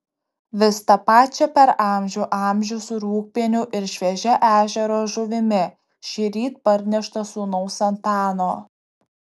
vis tą pačią per amžių amžius su rūgpieniu ir šviežia ežero žuvimi šįryt parnešta sūnaus antano